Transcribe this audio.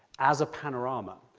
as a panorama,